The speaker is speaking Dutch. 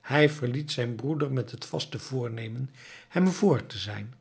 hij verliet zijn broeder met het vaste voornemen hem vr te zijn